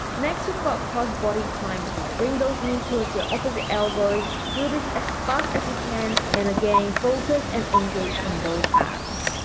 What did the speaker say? next we've got cross body climbers bring those knees towards your opposite elbows do this as fast as you can and again focus and engage on those abs